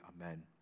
Amen